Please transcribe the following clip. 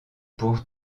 pour